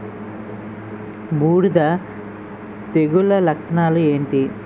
బూడిద తెగుల లక్షణాలు ఏంటి?